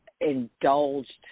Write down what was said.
indulged